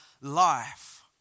life